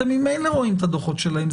אתם ממילא רואים את הדוחות שלהם.